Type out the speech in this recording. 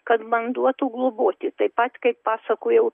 kad man duotų globoti taip pat kaip pasakojau